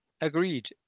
Agreed